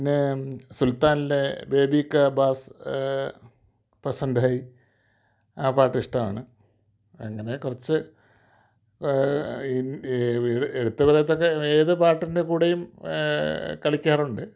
പിന്നെ സുല്ത്താനിലേ ബേബി കാ ബാസ് പസന്ദ് ഹെയ് ആ പാട്ട് ഇഷ്ടമാണ് അങ്ങനെ കുറച്ച് എ എടുത്തു പറയത്തൊക്കെ ഏതു പാട്ടിന്റെ കൂടെയും കളിക്കാറുണ്ട്